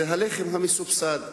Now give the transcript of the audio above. זה הלחם המסובסד,